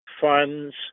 funds